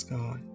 God